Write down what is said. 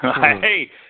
Hey